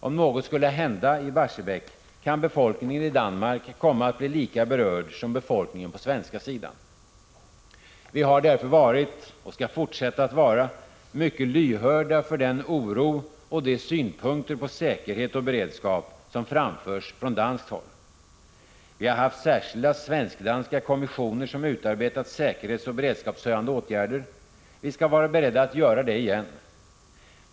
Om något skulle hända i Barsebäck, kan befolkningen i Danmark komma att bli lika berörd som befolkningen på svenska sidan. Vi har därför varit, och skall fortsätta att vara, mycket lyhörda för den oro och de synpunkter på säkerhet och beredskap som framförs från danskt håll. Vi har haft särskilda svensk-danska kommissioner som utarbetat säkerhetsoch beredskapshöjande åtgärder. Vi skall vara beredda att göra det igen.